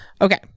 Okay